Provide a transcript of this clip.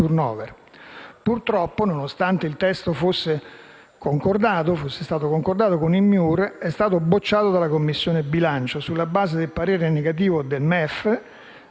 *turnover*. Purtroppo, nonostante il testo fosse stato concordato con il MIUR, è stato bocciato dalla Commissione bilancio sulla base del parere negativo del MEF,